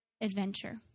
adventure